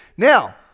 Now